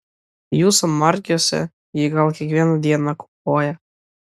jūsų margiuose ji gal kiekvieną dieną kukuoja